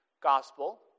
Gospel